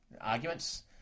arguments